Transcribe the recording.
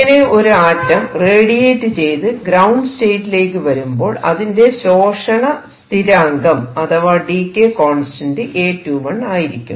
ഇങ്ങനെ ഒരു ആറ്റം റേഡിയേറ്റ് ചെയ്ത് ഗ്രൌണ്ട് സ്റ്റേറ്റിലേക്ക് വരുമ്പോൾ അതിന്റെ ശോഷണ സ്ഥിരാങ്കം അഥവാ ഡീകെ കോൺസ്റ്റന്റ് A21 ആയിരിക്കും